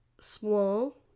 small